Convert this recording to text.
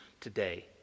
today